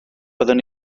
byddwn